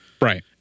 Right